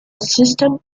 system